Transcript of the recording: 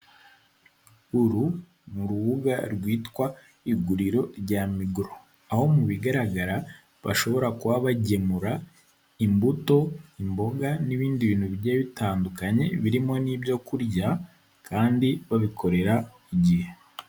Uru ni urubuga rwitwa iguriro rya migoro, aho mu bigaragara bashobora kuba bagemura imbuto, imboga n'ibindi bintu bigiye bitandukanye, birimo n'ibyo kurya kandi babikorera igihe.